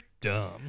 dumb